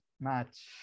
match